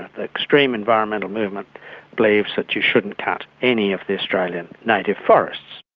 the extreme environmental movement believes that you shouldn't cut any of the australian native forests.